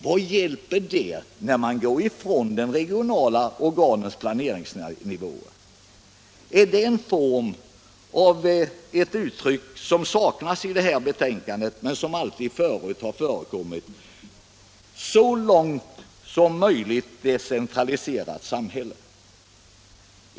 Vad hjälper det när man går ifrån de regionala organens planeringsnivåer? Är det detta som ligger i det uttryck som saknas i detta betänkande men som alltid tidigare har förekommit, nämligen ett ”så långt som möjligt decentraliserat samhälle”?